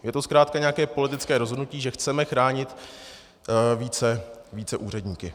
Je to zkrátka nějaké politické rozhodnutí, že chceme chránit více úředníky.